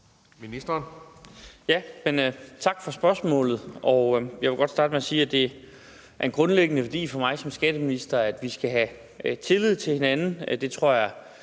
Tak for spørgsmålet. Jeg vil godt starte med at sige, at det er en grundlæggende værdi for mig som skatteminister, at vi skal have tillid til hinanden.